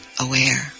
aware